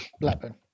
Blackburn